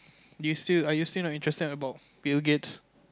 do you still are you still not interested about Bill-Gates